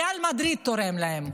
ריאל מדריד תורמת להם.